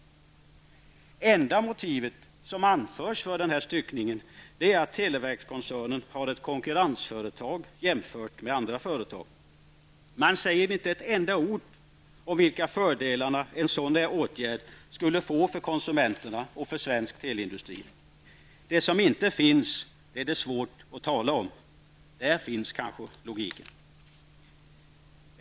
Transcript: Enda motivet som anförs för denna styckning är att televerkskoncernen har ett konkurrensförsteg jämfört med andra företag. Man säger inte ett enda ord om vilka fördelar en sådan åtgärd skulle få för konsumenterna och för svensk teleindustri. Det som inte finns är det svårt att tala om. Där finns kanske logiken!